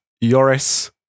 Yoris